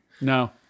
No